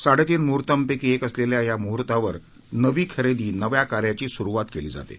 साडेतीन मुहूतपैकी एक असलेल्या या मुहूतावर नवी खरेदी नव्या कार्याची सुरुवात केली जाते